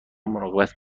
مراقبت